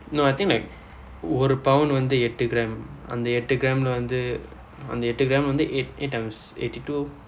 no I think like ஒரு:oru pound வந்து எட்டு:vandthu etdu gram அந்த எட்டு:andtha etdu gram வந்து அந்த எட்டு:vandthu andtha etdu gram வந்து:vandthu ei~ eight items eighty two